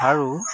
আৰু